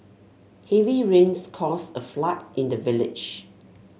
heavy rains caused a flood in the village